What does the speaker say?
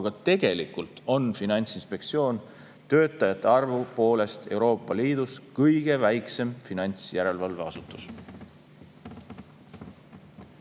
aga tegelikult on Finantsinspektsioon töötajate arvu poolest Euroopa Liidus kõige väiksem finantsjärelevalveasutus.